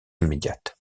immédiate